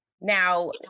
now